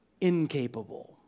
incapable